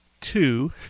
two